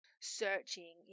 searching